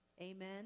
Amen